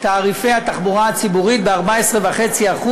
תעריפי התחבורה הציבורית ב-14.5%,